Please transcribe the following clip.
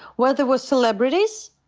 where there were celebrities,